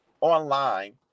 online